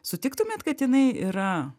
sutiktumėt kad jinai yra